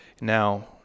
Now